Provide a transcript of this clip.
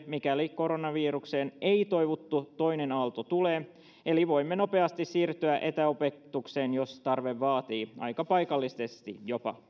mikäli koronaviruksen ei toivottu toinen aalto tulee eli voimme nopeasti siirtyä etäopetukseen jos tarve vaatii aika paikallisesti